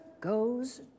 goes